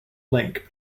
link